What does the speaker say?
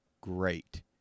great